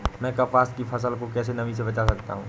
मैं कपास की फसल को कैसे नमी से बचा सकता हूँ?